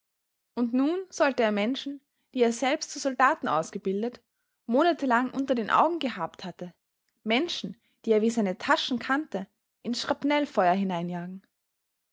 und nun sollte er menschen die er selbst zu soldaten ausgebildet monatelang unter den augen gehabt hatte menschen die er wie seine taschen kannte ins schrapnellfeuer